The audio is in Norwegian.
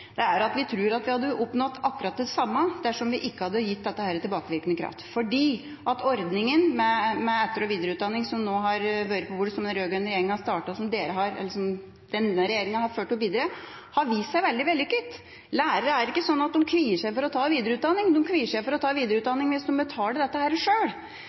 forslaget, er at en trolig kunne oppnådd akkurat det samme dersom en ikke hadde gitt dette tilbakevirkende kraft, fordi ordninga med etter- og videreutdanning, som den rød-grønne regjeringa startet og denne regjeringa har fulgt opp, har vist seg å være veldig vellykket. Lærere er ikke sånn at de kvier seg for å ta videreutdanning. De kvier seg for å ta videreutdanning hvis de må betale dette sjøl. Men nå har staten lagt inn en stor pott. Jeg tror at vi hadde oppnådd akkurat det samme – positive lærere som hadde